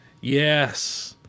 Yes